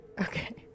Okay